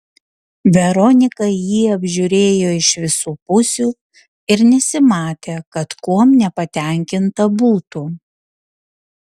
veronika jį apžiūrėjo iš visų pusių ir nesimatė kad kuom nepatenkinta būtų